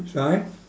sorry